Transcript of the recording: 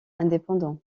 indépendant